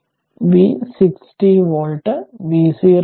അതിനാൽ v 60 60 volt v0